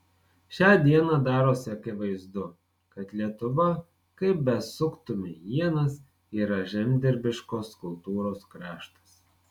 šią dieną darosi akivaizdu kad lietuva kaip besuktumei ienas yra žemdirbiškos kultūros kraštas